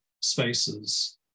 spaces